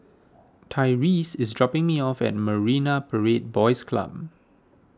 Tyreese is dropping me off at Marine Parade Boys Club